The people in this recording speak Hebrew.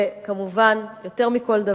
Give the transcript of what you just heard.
וכמובן, יותר מכל דבר,